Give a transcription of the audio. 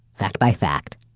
fact by fact,